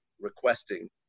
requesting